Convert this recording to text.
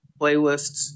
playlists